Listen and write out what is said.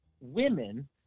women